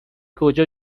کجا